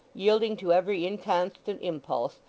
yielding to every inconstant impulse,